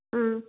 ꯎꯝ